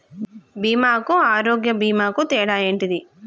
బీమా కు ఆరోగ్య బీమా కు తేడా ఏంటిది?